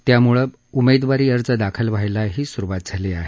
त्यामुळे उमेदवारी अर्ज दाखल व्हायलाही सुरुवात झाली आहे